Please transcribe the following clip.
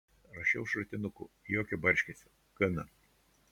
rašiau šratinuku jokio barškesio gana